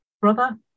brother